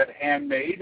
handmade